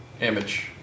image